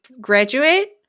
graduate